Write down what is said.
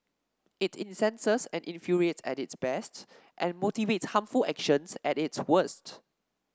it incenses and infuriates at its best and motivates harmful actions at its worst